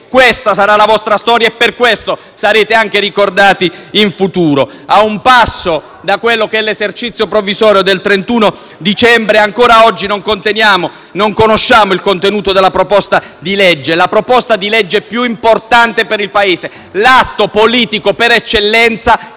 Questa sarà la vostra storia e per questo sarete anche ricordati in futuro. A un passo dall'esercizio provvisorio del 31 dicembre, ancora oggi non conosciamo il contenuto della proposta di legge, la più importante per il Paese, l'atto politico per eccellenza